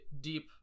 deep